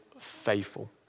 faithful